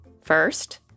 First